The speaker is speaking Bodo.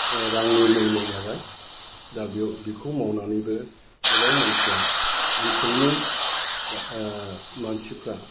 रांनि मुयल' जाबाय दा बेखौ मावनानैबो गोबां मानसिया ओनसोलनि मानसिफ्रा